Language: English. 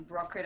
Brokered